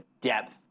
depth